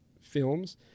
films